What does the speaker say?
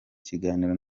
ikiganiro